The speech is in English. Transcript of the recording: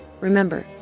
Remember